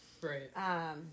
right